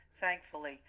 thankfully